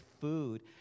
food